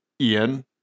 Ian